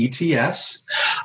ETS